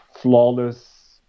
flawless